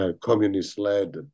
communist-led